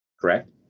correct